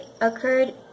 occurred